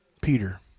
Peter